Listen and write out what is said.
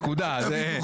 לא,